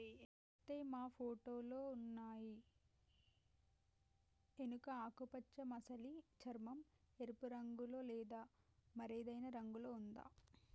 ఓరై మా ఫోటోలో ఉన్నయి ఎనుక ఆకుపచ్చ మసలి చర్మం, ఎరుపు రంగులో లేదా మరేదైనా రంగులో ఉందా